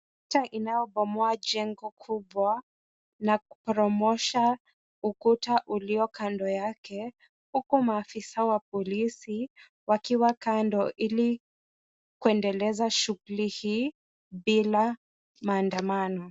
Ta inayobomoa jengo kubwa na kuporomosha ukuta ulio kando yake huku maafisa wa polisi wakiwa kando ili kuendeleza shughli hii bila maandamano.